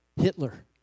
Hitler